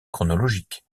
chronologique